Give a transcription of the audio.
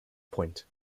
point